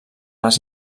les